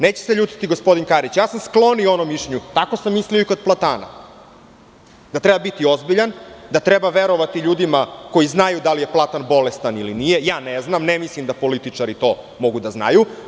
Neće se ljutiti gospodin Karić, ja sam sklon onom mišljenju, tako sam mislio i kod platana, da treba biti ozbiljan, da treba verovati ljudima koji znaju da li je platan bolestan ili nije, ja ne znam, ne mislim da političari to mogu da znaju.